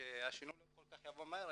קודם שהשינוי לא יבוא כל כך מהר.